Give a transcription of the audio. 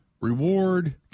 reward